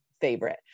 favorite